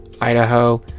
Idaho